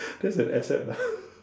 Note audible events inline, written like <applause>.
that's an asset ah <laughs>